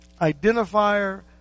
identifier